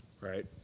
right